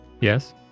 Yes